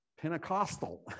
Pentecostal